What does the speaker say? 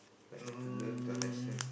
like you have learnt a lesson